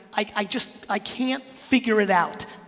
i just, i can't figure it out.